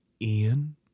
Ian